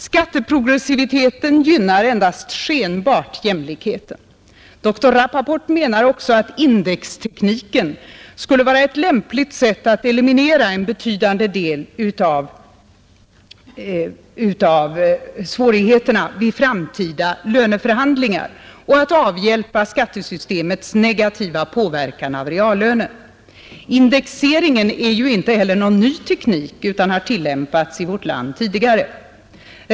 Skatteprogressiviteten gynnar endast skenbart jämlikheten. Dr Rappaport menar också att indextekniken skulle vara ett lämpligt sätt att eliminera en betydande del av svårigheterna vid framtida löneförhandlingar och att avhjälpa skattesystemets negativa påverkan av reallönerna. Indexeringen är ju inte heller någon ny teknik utan har tillämpats i vårt land tidigare.